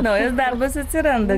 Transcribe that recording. naujas darbas atsiranda